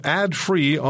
ad-free